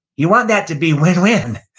you want that to be win-win,